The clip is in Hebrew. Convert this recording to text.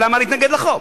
אז למה להתנגד לחוק?